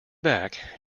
back